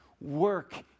work